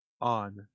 on